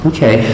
Okay